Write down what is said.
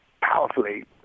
powerfully